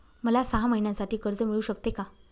मला सहा महिन्यांसाठी कर्ज मिळू शकते का?